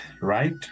right